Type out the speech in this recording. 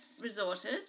resorted